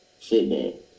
Football